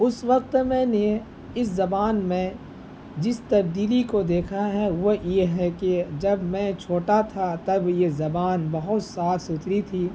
اس وقت میں نے اس زبان میں جس تبدیلی کو دیکھا ہے وہ یہ ہے کہ جب میں چھوٹا تھا تب یہ زبان بہت صاف ستھری تھی